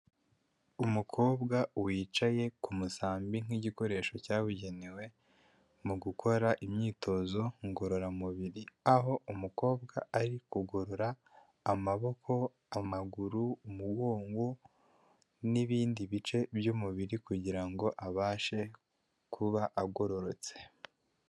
Umukobwa wicaye ku musambi nk'igikoresho cyabugenewe mu gukora imyitozo ngororamubiri, aho umukobwa ari kugorora amaboko, amaguru, umugongo n'ibindi bice by'umubiri kugira ngo abashe kuba agororotse.